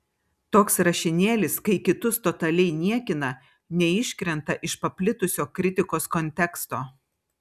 toks rašinėlis kai kitus totaliai niekina neiškrenta iš paplitusio kritikos konteksto